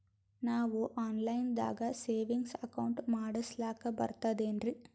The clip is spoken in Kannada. ನಾವು ಆನ್ ಲೈನ್ ದಾಗ ಸೇವಿಂಗ್ಸ್ ಅಕೌಂಟ್ ಮಾಡಸ್ಲಾಕ ಬರ್ತದೇನ್ರಿ?